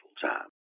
full-time